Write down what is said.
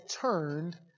turned